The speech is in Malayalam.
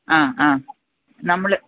ആ ആ നമ്മൾ